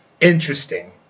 interesting